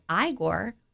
Igor